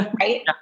right